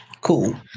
cool